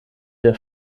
der